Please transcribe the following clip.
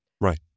Right